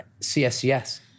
CSCS